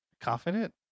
Confident